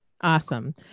Awesome